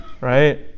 Right